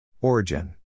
Origin